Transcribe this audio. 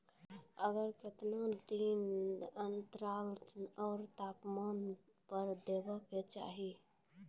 आर केते दिन के अन्तराल आर तापमान पर देबाक चाही?